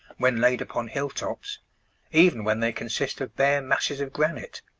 when laid upon hill-tops even when they consist of bare masses of granite.